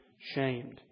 shamed